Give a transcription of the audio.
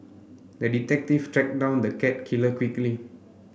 the detective tracked down the cat killer quickly